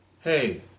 hey